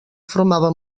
formava